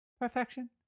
Perfection